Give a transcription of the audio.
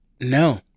no